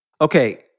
Okay